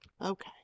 okay